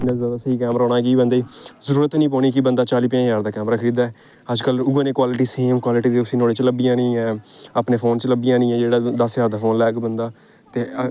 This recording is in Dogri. इ'न्ना जादा स्हेई कैमरा होना कि बंदे गी जरूरत निं पौनी कि बंदा चाली पंजाह् ज्हार दा कैमरा खरीदै अज्जकल लोक बड़ी कोआलिटी सेम कोआलिटी उसी मोबाइल च लब्भी जानी ऐ अपने फोन च लब्भी जानी ऐ जेह्ड़ा दस ज्हार दा फोन लैग बंदा ते